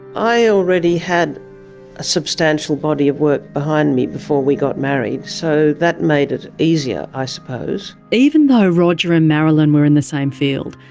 i already had a substantial body of work behind me before we got married, so that made it easier i suppose. even though roger and marilyn were in the same field,